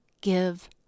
give